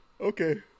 Okay